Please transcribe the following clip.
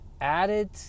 added